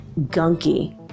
gunky